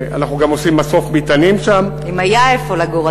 אנחנו גם עושים מסוף ביתנים שם, אם היה איפה לגור.